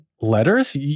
Letters